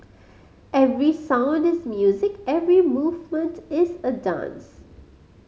every sound is music every movement is a dance